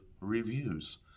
reviews